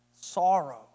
sorrow